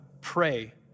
pray